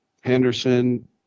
Henderson